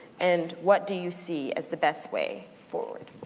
and what do you see as the best way forward?